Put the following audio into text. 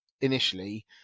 initially